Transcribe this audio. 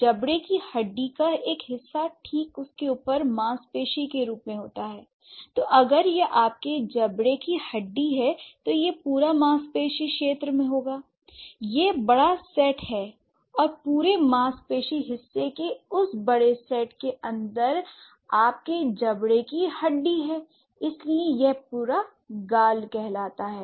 जबड़े की हड्डी का एक हिस्सा ठीक उसके ऊपर मांसपेशी के रूप में होता है l तो अगर यह आपके जबड़े की हड्डी है तो यह पूरा मांसपेशी क्षेत्र में होगा l एक बड़ा सेट है और पूरे मांसपेशी हिस्से के उस बड़े सेट के अंदर आपके जबड़े की हड्डी हो इसलिए वह पूरा गाल कहलाता है